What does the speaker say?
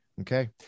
Okay